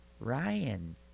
Ryan